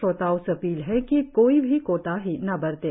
श्रोताओं से अपील है कि कोई भी कोताही न बरतें